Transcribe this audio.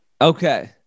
okay